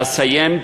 ואסיים,